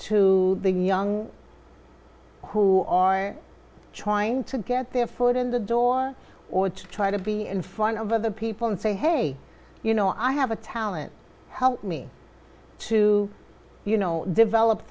to the young who are trying to get their foot in the door or to try to be in front of other people and say hey you know i have a talent help me to you know develop